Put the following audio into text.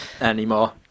anymore